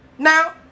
Now